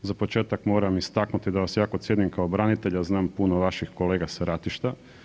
Za početak moram istaknuti da vas jako cijenim kao branitelja znam puno vaših kolega sa ratišta.